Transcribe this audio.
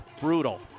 brutal